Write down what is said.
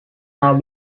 now